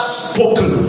spoken